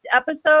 episode